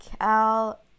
Cal